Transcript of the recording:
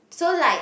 so like